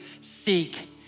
seek